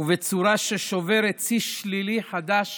ובצורה ששוברת שיא שלילי חדש